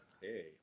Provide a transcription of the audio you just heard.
Hey